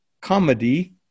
comedy